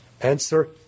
Answer